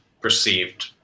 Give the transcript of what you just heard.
perceived